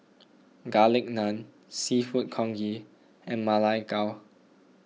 Garlic Naan Seafood Congee and Ma Lai Gao